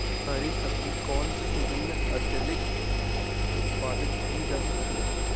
हरी सब्जी कौन से सीजन में अत्यधिक उत्पादित की जा सकती है?